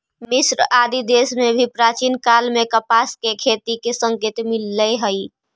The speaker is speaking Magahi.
मिस्र आदि देश में भी प्राचीन काल में कपास के खेती के संकेत मिलले हई